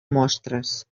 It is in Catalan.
mostres